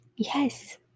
Yes